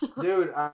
Dude